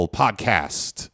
podcast